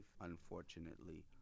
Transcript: unfortunately